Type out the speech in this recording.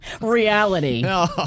Reality